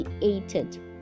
created